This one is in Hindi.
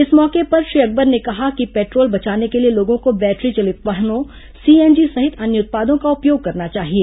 इस मौके पर श्री अकबर ने कहा कि पेट्रोल बचाने के लिए लोगों को बैटरी चलित वाहनों सीएनजी सहित अन्य उत्पादों का उपयोग करना चाहिए